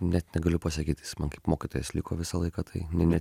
ne negaliu pasakyt jis man kaip mokytojas liko visą laiką tai ne